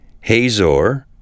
Hazor